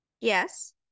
yes